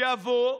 יבוא: